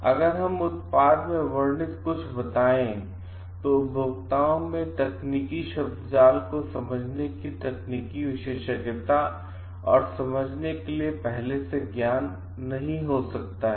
अगर हम उत्पाद में वर्णित कुछ बताएं तो उपभोक्ताओं में तकनीकी शब्दजाल को समझने तकनीकी विशेषज्ञता और समझने के लिए पहले से ज्ञान नहीं हो सकता है